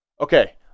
Okay